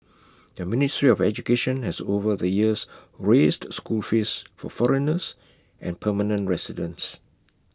the ministry of education has over the years raised school fees for foreigners and permanent residents